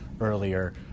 earlier